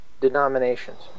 denominations